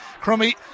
Crummy